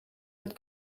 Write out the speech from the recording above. met